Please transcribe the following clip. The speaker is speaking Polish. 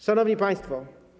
Szanowni Państwo!